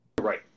right